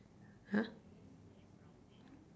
!huh!